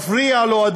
הדבר מפריע לו,